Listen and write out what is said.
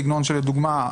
לדוגמה,